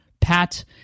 pat